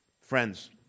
Friends